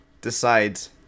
decides